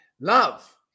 Love